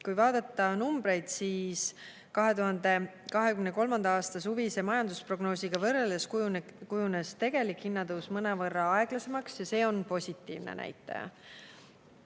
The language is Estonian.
Kui vaadata numbreid, siis [näeme, et] 2023. aasta suvise majandusprognoosiga võrreldes kujunes tegelik hinnatõus mõnevõrra aeglasemaks, ja see on positiivne näitaja.